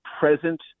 present